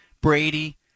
Brady